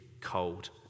cold